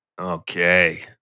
Okay